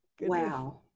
Wow